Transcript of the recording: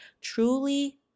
Truly